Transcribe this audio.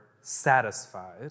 satisfied